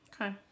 Okay